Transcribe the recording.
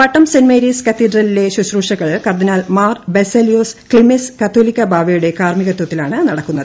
പട്ടം saint Mary's കത്തീഡ്രലിലെ ശുശ്രൂഷകൾ കർദ്ദിനാൾ മാർ ബസേലിയോസ് ക്ലീമ്മീസ് കാതോലിക്കാബാവയുടെ കാർമ്മികത്വത്തിലാണ് നടക്കുന്നത്